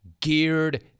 geared